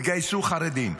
יתגייסו חרדים.